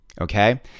Okay